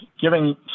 giving